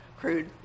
crude